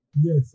Yes